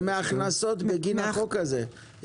לא, להוסיף, זה מההכנסות בגין החוק הזה.